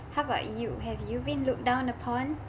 how about you have you been looked down upon